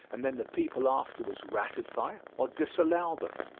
and then the people afterward ratify or disallow them.